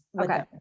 Okay